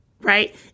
Right